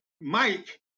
Mike